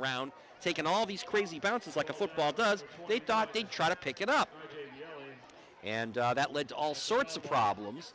around taken all these crazy bounces like a football does they thought they'd try to pick it up and that led to all sorts of problems